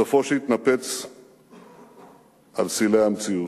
סופו שיתנפץ על סלעי המציאות.